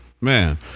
man